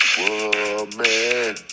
woman